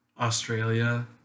Australia